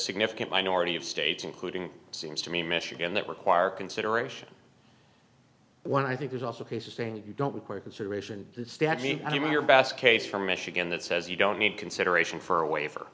significant minority of states including seems to me michigan that require consideration when i think there's also cases saying you don't require consideration steady and even your best case from michigan that says you don't need consideration for a waiver